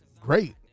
great